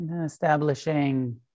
Establishing